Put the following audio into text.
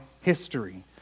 history